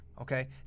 Okay